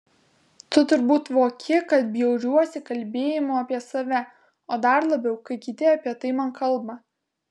tu turbūt voki kad bjauriuosi kalbėjimu apie save o dar labiau kai kiti apie tai man kalba